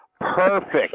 Perfect